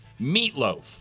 Meatloaf